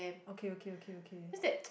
okay okay okay okay